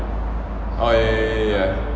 oh ya ya ya ya